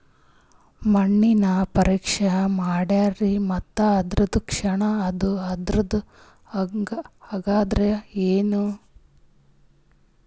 ಮಣ್ಣ ಪರೀಕ್ಷಾ ಮಾಡ್ಯಾರ್ರಿ ಮತ್ತ ಅದು ಕ್ಷಾರ ಅದ ಅಂದ್ರು, ಹಂಗದ್ರ ಏನು?